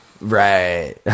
right